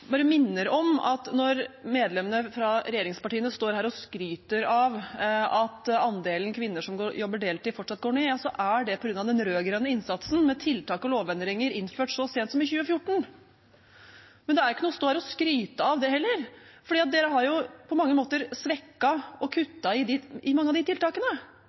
bare minner om at når medlemmene fra regjeringspartiene står her og skryter av at andelen kvinner som jobber deltid, fortsatt går ned, så er det på grunn av den rød-grønne innsatsen, med tiltak og lovendringer innført så sent som i 2014. Men det er ikke noe å stå her og skryte av, det heller, for de har på mange måter svekket og kuttet i mange av de tiltakene,